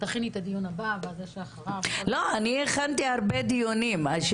תכיני את הדיון הבא ואת זה שאחריו, הכול בסדר.